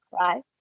right